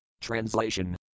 Translation